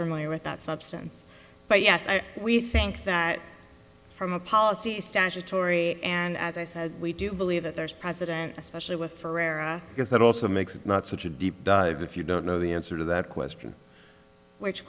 firmly without substance but yes i think that from a policy statutory and as i said we do believe that there's president especially with ferreyra because that also makes it not such a deep if you don't know the answer to that question which